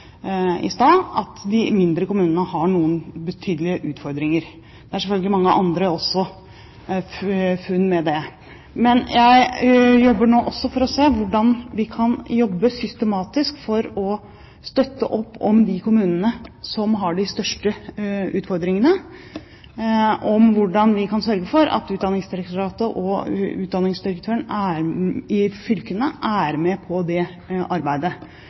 i stad, at de mindre kommunene har noen betydelige utfordringer. Det er selvfølgelig også mange andre funn. Jeg jobber nå for å se hvordan vi kan jobbe systematisk for å støtte opp om de kommunene som har de største utfordringene, og hvordan vi kan sørge for at Utdanningsdirektoratet og utdanningsdirektøren i fylkene er med på det arbeidet.